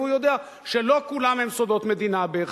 והוא יודע שלא כולם הם סודות מדינה בהכרח,